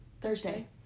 Thursday